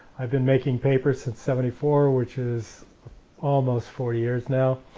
i've been making paper since seventy four, which is almost four years now.